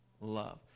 love